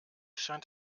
scheint